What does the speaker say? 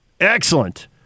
Excellent